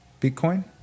Bitcoin